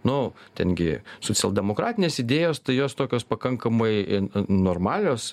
nu ten gi socialdemokratinės idėjos tai jos tokios pakankamai i normalios